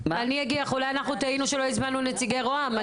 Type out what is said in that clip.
אולי אנחנו טעינו שלא הזמנו נציגי רוה"מ.